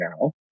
now